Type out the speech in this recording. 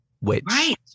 Which-